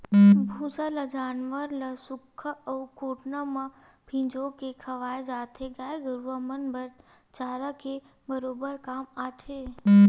भूसा ल जानवर ल सुख्खा अउ कोटना म फिंजो के खवाय जाथे, गाय गरुवा मन बर चारा के बरोबर काम आथे